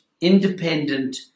independent